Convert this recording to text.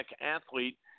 athlete